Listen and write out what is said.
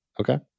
Okay